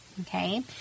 Okay